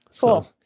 Cool